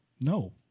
No